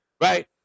right